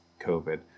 COVID